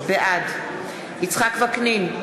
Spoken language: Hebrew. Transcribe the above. בעד יצחק וקנין,